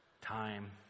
Time